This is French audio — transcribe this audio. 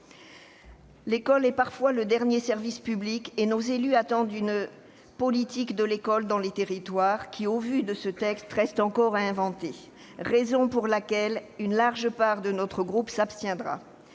L'école est parfois le dernier service public. Nos élus attendent une politique de l'école dans les territoires qui, au vu de ce texte, reste encore à inventer. Telles sont les raisons pour lesquelles une large part de notre groupe s'abstiendra.